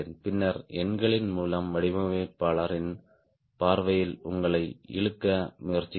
பின்னர் எண்களின் மூலம் வடிவமைப்பாளரின் பார்வையில் உங்களை இழுக்க முயற்சிக்கவும்